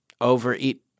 overeat